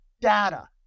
data